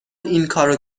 اینکارو